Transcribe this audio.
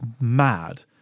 mad